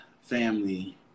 family